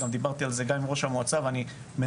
דיברתי על זה עם ראש המועצה ואני מחפש